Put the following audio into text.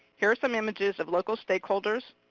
here are some images of local stakeholders,